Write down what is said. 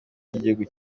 ry’igihugu